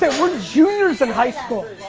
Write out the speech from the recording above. and we're juniors in high school.